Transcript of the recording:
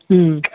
अँ